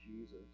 Jesus